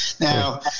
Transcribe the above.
Now